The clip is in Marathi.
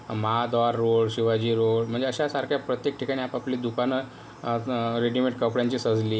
महाद्वार रोड शिवाजी रोड म्हणजे अशासारख्या प्रत्येकी ठिकाणी आपापली दुकानं रेडिमेड कपड्यांची सजली